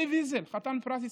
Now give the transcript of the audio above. אלי ויזל, חתן פרס ישראל,